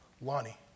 Lonnie